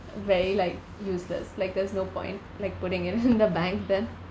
very like useless like there's no point like putting in the bank then